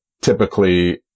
typically